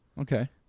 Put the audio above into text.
Okay